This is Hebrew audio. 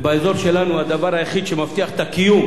ובאזור שלנו הדבר היחיד שמבטיח את הקיום